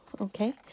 okay